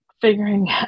figuring